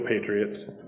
Patriots